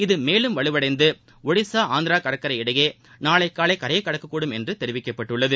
இது மேலும் வலுவளடந்து டுடிசா ஆந்திரா கடற்கரை இடையே நாளை காலை கரையை கடக்கக்கூடும் என்றும் தெரிவிக்கப்பட்டுள்ளது